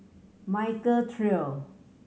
Michael Trio